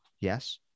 yes